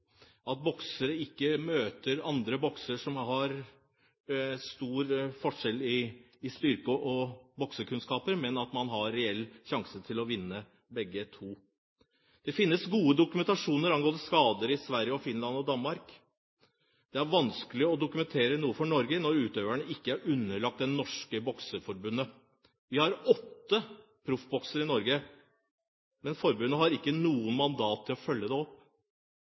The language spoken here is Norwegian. boksere ikke møter andre boksere som har stor forskjell i styrke og boksekunnskaper, men at begge to har reell sjanse til å vinne. Det finnes gode dokumentasjoner på skader i Sverige, Finland og Danmark. Det er vanskelig å dokumentere noe for Norge når utøverne ikke er underlagt Norges Bokseforbund. Vi har åtte proffboksere i Norge, men forbundet har ikke noe mandat til å følge dem opp.